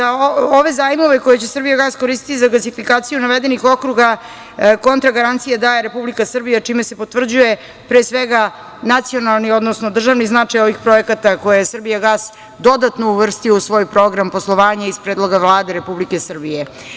Ove zajmove koje će „Srbijagas“ koristiti za gasifikaciju navedenih okruga kontragarancije daje Republika Srbija, čime se potvrđuje pre svega nacionalni, odnosno državni značaj ovih projekata koje je „Srbijagas“ dodatno uvrstio u svoj program poslovanje iz predloga Vlade Republike Srbije.